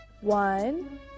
One